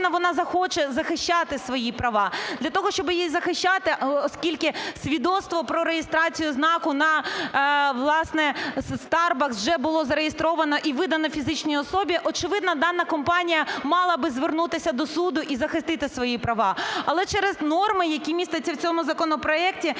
вона захоче захищати свої права. Для того, щоб їй захищати, оскільки свідоцтво про реєстрацію знаку на, власне, "Старбакс" вже було зареєстровано і видано фізичній особі. Очевидно, дана компанія мала би звернутися до суду і захистити свої права. Але через норми, які містяться в цьому законопроекті,